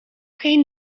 geen